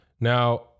now